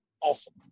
awesome